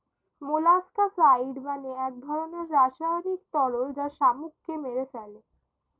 molluscicide মানে এক ধরনের রাসায়নিক তরল যা শামুককে মেরে ফেলে